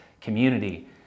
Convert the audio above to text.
community